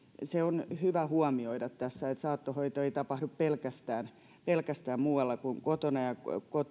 tässä on hyvä huomioida että saattohoito ei tapahdu pelkästään pelkästään muualla kuin kotona ja